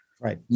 Right